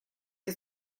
que